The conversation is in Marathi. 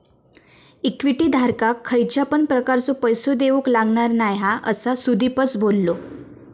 इक्विटी धारकाक खयच्या पण प्रकारचो पैसो देऊक लागणार नाय हा, असा सुदीपच बोललो